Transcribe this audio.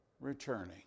returning